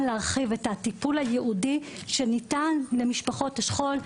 להרחיב את הטיפול הייעודי שניתן למשפחות השכול.